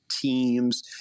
teams